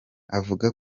avuga